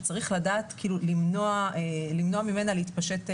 שצריך לדעת למנוע ממנה להתפשט,